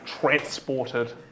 transported